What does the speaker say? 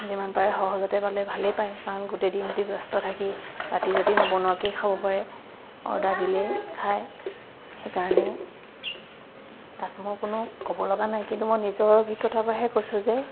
যিমান পাৰে সহজতে পালে ভালেই পায় কাৰণ গোটেই দিনটো ব্যস্ত থাকি ৰাতি যদি নবনোৱাকেই খাব পাৰে অৰ্ডাৰ দিয়ে খাই সেইকাৰণে তাত মোৰ কোনো ক'বলগা নাই কিন্তু মোৰ নিজৰ অভিজ্ঞতাৰ পৰাহে কৈছোঁ যে